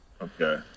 Okay